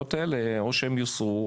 שההסתייגויות האלו יוסרו,